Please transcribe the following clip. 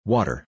Water